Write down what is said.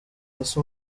hasi